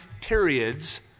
periods